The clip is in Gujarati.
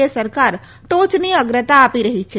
એ સરકાર ટોચની અગ્રતા આપી રહી છે